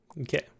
Okay